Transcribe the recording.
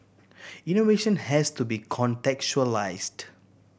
innovation has to be contextualised